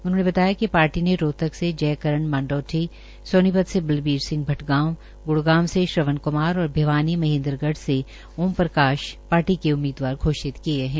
उन्होंने बताया कि पार्टी ने रोहतक से जयकरण मांडोठी सोनीपत से बलबीर सिंह भटगांव ग्ड़गांव से श्रवण क्मार और भिवानी महेन्द्रगढ़ से ओम प्रकाश पार्टी के उम्मीदवार घोषित किये है